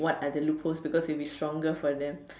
what are the loopholes because it'll be stronger for them